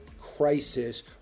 crisis